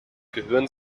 gehirn